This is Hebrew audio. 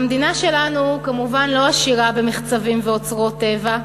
המדינה שלנו כמובן לא עשירה במחצבים ובאוצרות טבע,